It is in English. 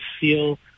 feel